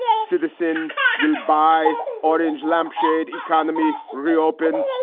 citizen will buy orange lampshade. economy reopen.